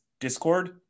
discord